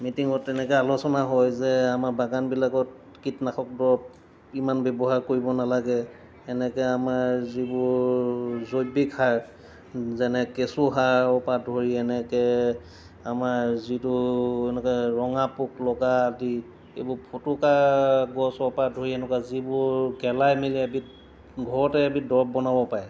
মিটিঙত তেনেকৈ আলোচনা হয় যে আমাৰ বাগানবিলাকত কীটনাশক দৰৱ ইমান ব্যৱহাৰ কৰিব নালাগে এনেকৈ আমাৰ যিবোৰ জৈৱিক সাৰ যেনে কেঁচুসাৰৰ পৰা ধৰি এনেকৈ আমাৰ যিটো এনেকৈ ৰঙাপোক লগা আদি এইবোৰ ফুটুকা গছৰ পৰা ধৰি এনেকুৱা যিবোৰ গেলাই মেলি এবিধ ঘৰতে এবিধ দৰৱ বনাব পাৰে